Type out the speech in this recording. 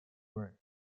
work